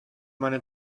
meine